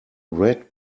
red